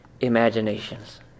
imaginations